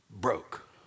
broke